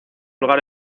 lugar